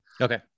okay